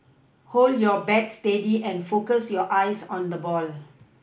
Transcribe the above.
hold your bat steady and focus your eyes on the ball